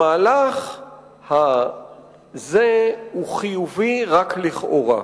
המהלך הזה הוא חיובי רק לכאורה,